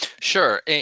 Sure